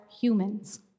humans